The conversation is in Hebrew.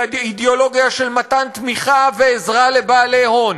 היא אידיאולוגיה של מתן תמיכה ועזרה לבעלי הון.